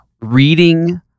Reading